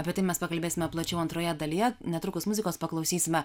apie tai mes pakalbėsime plačiau antroje dalyje netrukus muzikos paklausysime